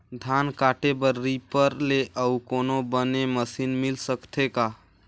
धान काटे बर रीपर ले अउ कोनो बने मशीन मिल सकथे का?